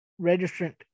registrant